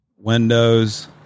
windows